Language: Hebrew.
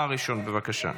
אתה הראשון, בבקשה.